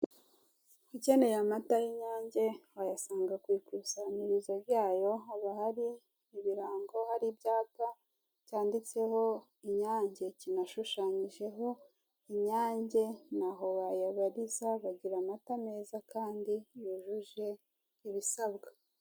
Ukeneye y'inyange wayasanga ku ikusanyirizo ryayo haba hari ibirango hari ibyapa cyanditseho inyange kinashushanyijeho inyange ni aho wayabariza bagira amata meza kandi yujuje ibisabwa.